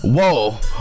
Whoa